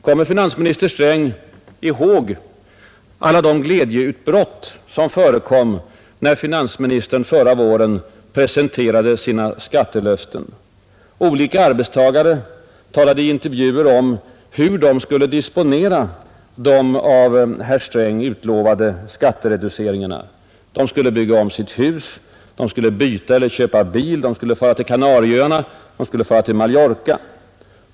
Kommer finansminister Sträng ihåg alla de glädjeutbrott som förekom, när finansministern förra våren presenterade sina skattelöften? Olika arbetstagare talade då i intervjuer om hur man skulle disponera de av herr Sträng utlovade skattereduceringarna. Man skulle bygga om sitt hus, byta eller köpa bil eller fara till Kanarieöarna eller Mallorca.